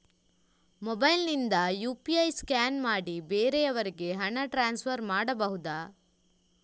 Mobile ನಿಂದ UPI scan ಮಾಡಿ ಬೇರೆಯವರಿಗೆ ಹಣ ಟ್ರಾನ್ಸ್ಫರ್ ಮಾಡಬಹುದ?